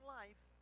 life